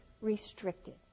restricted